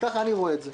כך אני רואה את זה.